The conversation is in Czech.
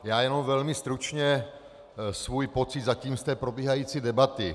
Já jenom velmi stručně svůj pocit se zatím probíhající debaty.